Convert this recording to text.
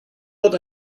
wird